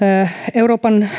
euroopan